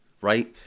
right